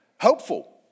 hopeful